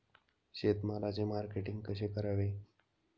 शेतमालाचे मार्केटिंग कसे करावे?